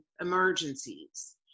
emergencies